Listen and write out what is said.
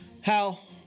Hal